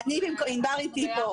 ענבר איתי פה.